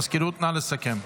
מזכירות, נא לסכם.